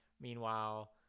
meanwhile